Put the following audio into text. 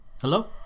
Hello